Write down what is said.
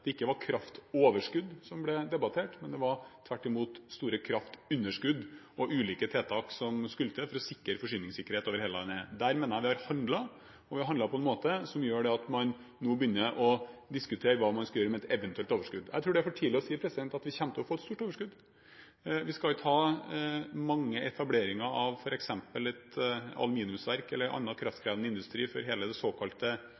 det ikke var kraftoverskudd som ble debattert, det var tvert imot store kraftunderskudd og ulike tiltak som skulle til for å sikre forsyningssikkerhet over hele landet. Der mener jeg vi har handlet, og vi har handlet på en måte som gjør at man nå begynner å diskutere hva man skal gjøre med et eventuelt overskudd. Jeg tror det er for tidlig å si at vi kommer til å få et stort overskudd. Vi skal ikke ha mange etableringer av f.eks. et aluminiumsverk eller